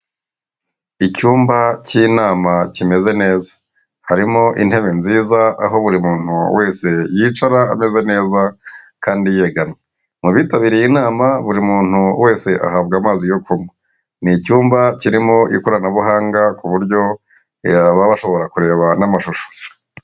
Icyumba cy'inama kimeze neza, harimo intebe nziza aho buri muntu wese yicara ameze neza kandi yegamye, mu bitabiriye inama buri muntu wese ahabwa amazi yo kunywa, ni icyumba kirimo ikoranabuhanga ku buryo baba bashobora kureba n'amashusho.